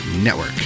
network